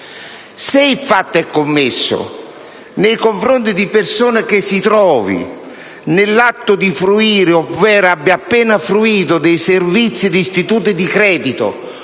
Se il fatto è commesso nei confronti di persona che si trovi nell'atto di fruire ovvero abbia appena fruito dei servizi di istituti di credito,